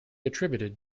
attributed